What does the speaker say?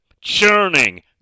churning